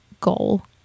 goal